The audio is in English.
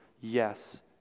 Yes